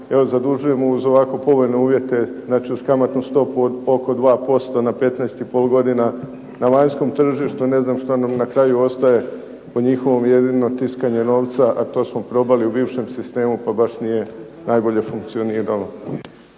zadužujemo uz ovako povoljne uvjete, znači uz kamatnu stopu od oko 2% na 15 i pol godina na vanjskom tržištu. Ne znam što nam na kraju ostaje po njihovom, jedino tiskanje novca, a to smo probali u bivšem sistemu pa baš nije najbolje funkcioniralo.